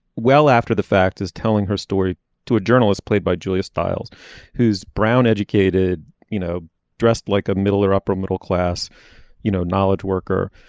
well after the fact is telling her story to a journalist played by julia stiles who's brown educated you know dressed like a middle or upper middle class you know knowledge worker.